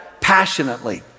passionately